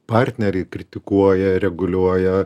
partnerį kritikuoja reguliuoja